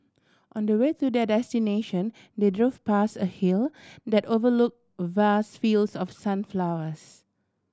on the way to their destination they drove past a hill that overlook vast fields of sunflowers